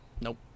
Nope